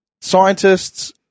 scientists